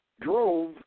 drove